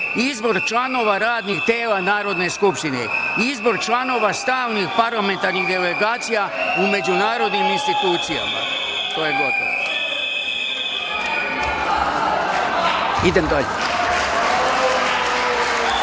Izbor članova radnih tela Narodne skupštine,6. Izbor članova stalnih parlamentarnih delegacija u međunarodnim institucijama. Prelazimo na 1.